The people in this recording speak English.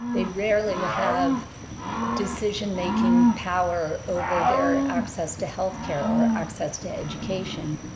they rarely have decision-making power over their access to health care or access to education.